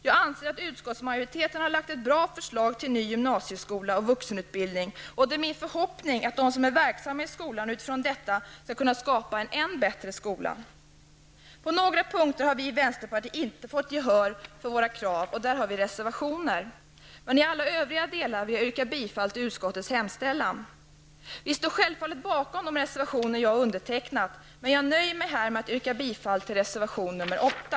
Jag anser att utskottsmajoriteten har lagt ett bra förslag till gymnasieskola och vuxenutbildning, och det är min förhoppning att de som är verksamma i skolan utifrån detta skall kunna skapa en bättre skola. På några punkter har vi i vänsterpartiet inte fått gehör för våra krav och där har vi reservationer. Men i alla övriga delar vill jag yrka bifall till utskottets hemställan. Vi står självfallet bakom de reservationer jag har undertecknat, men jag nöjer mig med att yrka bifall till reservation nr 8.